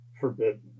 forbidden